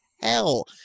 hell